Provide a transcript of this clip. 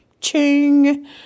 Ching